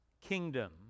kingdom